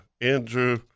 Andrew